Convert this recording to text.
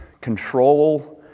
control